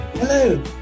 Hello